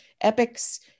epics